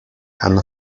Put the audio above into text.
hanno